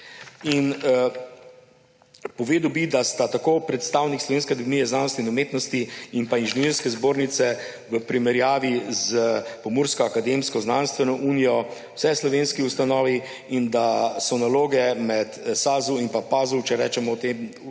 Povedal bi, da sta tako predstavnik Slovenske akademije znanosti in umetnosti in Inženirske zbornice v primerjavi s Pomursko akademsko-znanstveno unijo vseslovenski ustanovi in da so naloge med SAZU in pa PAZU, če rečemo tej ustanovi,